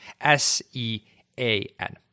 S-E-A-N